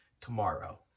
tomorrow